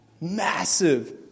Massive